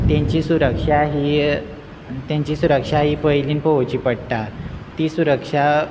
तेंची सुरक्षा ही तेंची सुरक्षा ही पयलीन पळोवची पडटा ती सुरक्षा